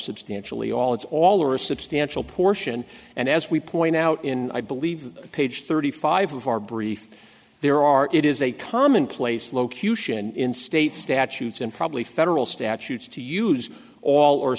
substantially all it's all or a substantial portion and as we point out in i believe page thirty five of our brief there are it is a commonplace low q shin state statutes and probably federal statutes to use all or